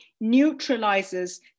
neutralizes